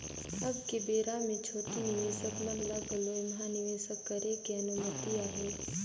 अब के बेरा मे छोटे निवेसक मन ल घलो ऐम्हा निवेसक करे के अनुमति अहे